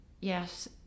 yes